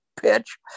pitch